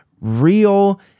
real